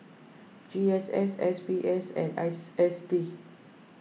G S S S B S and S S D